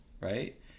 right